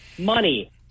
Money